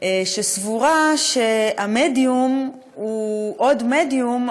שסבורה שהמדיום הוא עוד מדיום,